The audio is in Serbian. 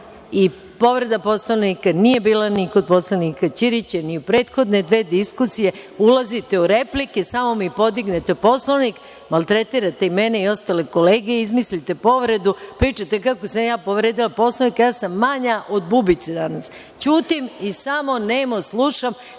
Povreda Poslovnika nije bila ni kod poslanika Ćirića, niti u prethodne dve diskusije. Ulazite u replike, samo mi podignete Poslovnik, maltretirate i mene i ostale kolege, izmislite povredu, pričate kako sam ja povredila Poslovnik, a ja sam danas manja od bubice. Ćutim i samo nemo slušam